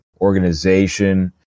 organization